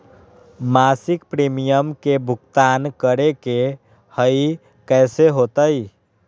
मासिक प्रीमियम के भुगतान करे के हई कैसे होतई?